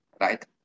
right